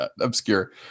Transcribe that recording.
obscure